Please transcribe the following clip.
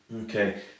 okay